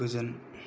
गोजोन